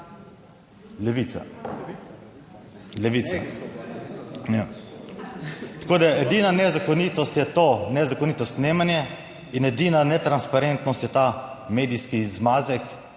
Levica. Tako da edina nezakonitost je to nezakonito snemanje in edina netransparentnost je ta medijski zmazek,